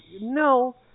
no